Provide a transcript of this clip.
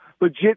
legit